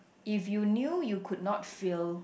if you knew you could not fail